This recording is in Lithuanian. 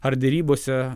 ar derybose